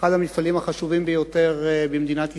אחד המפעלים החשובים ביותר במדינת ישראל,